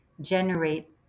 generate